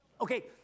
Okay